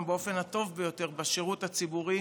באופן הטוב ביותר בשירות הציבורי,